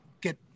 get